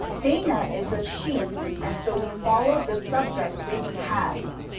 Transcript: dana is a she and so we followed this subject with has.